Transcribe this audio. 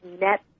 net